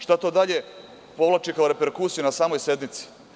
Šta to dalje povlači kao reperkusiju na samoj sednici?